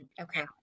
Okay